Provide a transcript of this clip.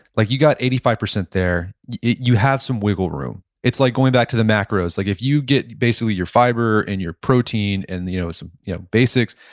like you got eighty five percent there, you have some wiggle room it's like going back to the macros. like if you get basically your fiber and your protein and you know some you know basics,